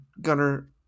Gunner